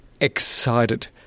excited